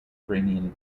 ukrainian